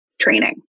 training